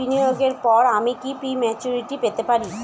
বিনিয়োগের পর আমি কি প্রিম্যচুরিটি পেতে পারি?